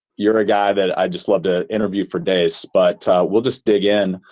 you're a guy that i just love to interview for days. but we'll just dig in.